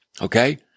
Okay